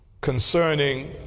concerning